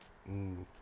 mm